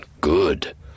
good